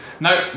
No